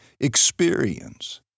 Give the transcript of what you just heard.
experience